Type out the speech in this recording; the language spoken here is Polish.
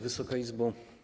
Wysoka Izbo!